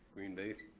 green bay,